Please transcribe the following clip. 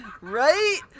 Right